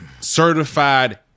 certified